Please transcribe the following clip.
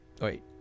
Wait